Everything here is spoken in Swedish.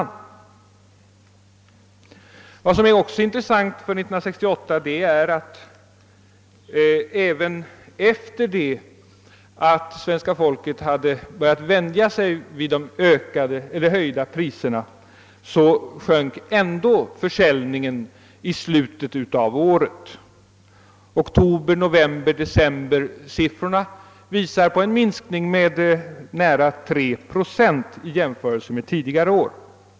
Intressant för 1968 är vidare att även efter det att svenska folket hade börjat vänja sig vid de höjda priserna — i slutet av året -— så sjönk försäljningen. Oktober-, novemberoch decembersiffrorna visar på en minskning med nära 3 procent i jämförelse med tidigare år.